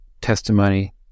testimony